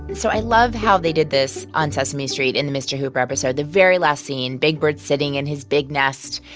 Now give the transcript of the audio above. so i love how they did this on sesame street in the mr. hooper episode. the very last scene big bird's sitting in his big nest.